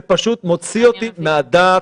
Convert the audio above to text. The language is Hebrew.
זה פשוט מוציא אותי מהדעת.